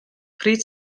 pryd